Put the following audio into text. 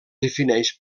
defineix